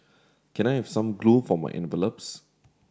can I have some glue for my envelopes